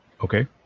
Okay